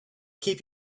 keep